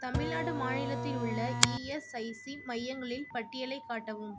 தமிழ்நாடு மாநிலத்தில் உள்ள இஎஸ்ஐசி மையங்களின் பட்டியலை காட்டவும்